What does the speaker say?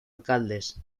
alcaldes